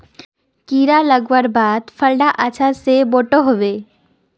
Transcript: कीड़ा लगवार बाद फल डा अच्छा से बोठो होबे?